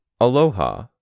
Aloha